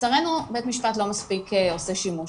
ולצערנו בית המשפט לא מספיק עושה שימוש